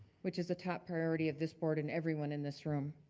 which is a top priority of this board and everyone in this room.